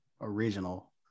original